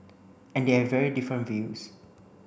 and they have very different views